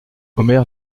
omer